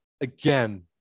Again